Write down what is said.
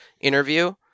interview